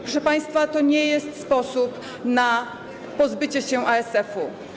Proszę państwa, to nie jest sposób na pozbycie się ASF-u.